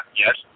yes